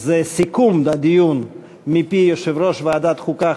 זה סיכום הדיון מפי יו"ר ועדת החוקה,